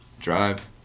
Drive